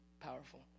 powerful